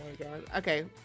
Okay